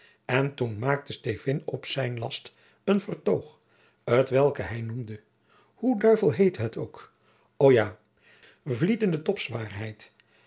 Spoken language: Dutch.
en toen maakte stevyn op zijn last een verjacob van lennep de pleegzoon toog t welk hij noemde hoe duivel heette het ook o ja vlietende